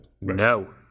no